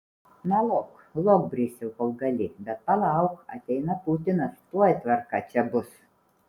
na lok lok brisiau kol gali bet palauk ateina putinas tuoj tvarka čia bus